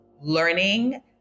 learning